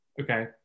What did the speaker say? Okay